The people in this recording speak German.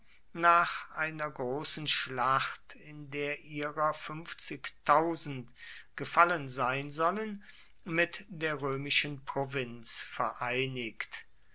nach einer großen schlacht in der ihrer gefallen sein sollen mit der römischen provinz vereinigt